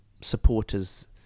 supporters